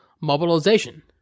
mobilization